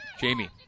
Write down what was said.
Jamie